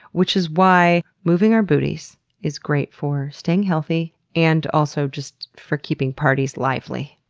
which is why moving our booties is great for staying healthy and also just for keeping parties lively.